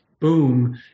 boom